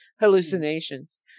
hallucinations